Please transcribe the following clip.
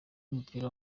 b’umupira